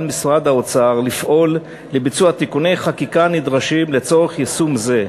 משרד האוצר לפעול לביצוע תיקוני החקיקה הנדרשים לצורך זה,